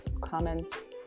comments